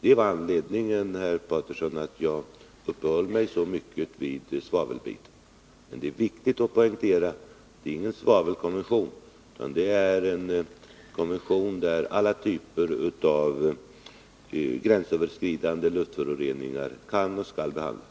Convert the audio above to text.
Det var anledningen, herr Paterson, till att jag upphöll mig så mycket vid svavelfrågan. Men det är alltså viktigt att poängtera att det inte är fråga om någon svavelkonvention utan en konvention där alla typer av gränsöverskridande luftföroreningar kan och skall behandlas.